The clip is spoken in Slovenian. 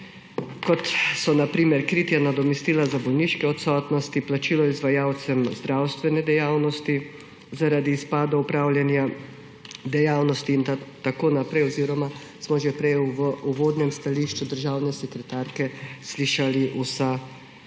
kot so na primer kritje nadomestila za bolniške odsotnosti, plačilo izvajalcem zdravstvene dejavnosti zaradi izpada opravljanja dejavnosti in tako naprej. Smo že v uvodnem stališču državne sekretarke slišali vse te